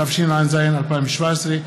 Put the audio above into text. התשע"ז 2017,